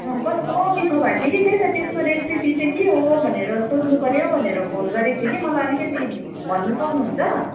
कस्तो मिठो भएको थियो कि त्यही त त्यसको रेसिपी चाहिँ के हो भनेर सोध्नुपर्यो भनेर फोन गरेको थिएँ कि मलाई अलिकति भन्न सक्नुहुन्छ